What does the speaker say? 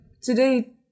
today